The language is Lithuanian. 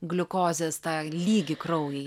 gliukozės tą lygį kraujy